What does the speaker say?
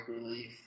relief